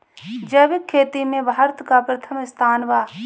जैविक खेती में भारत का प्रथम स्थान बा